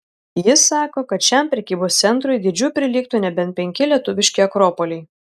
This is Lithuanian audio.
jis sako kad šiam prekybos centrui dydžiu prilygtų nebent penki lietuviški akropoliai